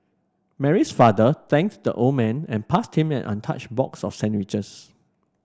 Mary's father thanks the old man and passed him an an touch box of sandwiches